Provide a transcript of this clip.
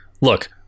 look